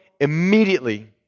immediately